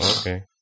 Okay